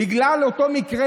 בגלל אותו מקרה,